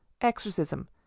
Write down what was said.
exorcism